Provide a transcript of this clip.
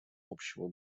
общего